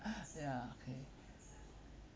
ya okay